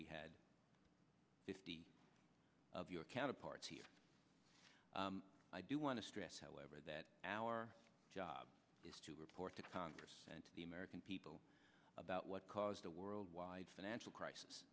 we had fifty of your counterparts here i do want to stress however that our job is to report to congress and to the american people about what caused the worldwide financial crisis